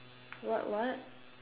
what what